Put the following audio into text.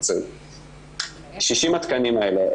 60 התקנים האלה,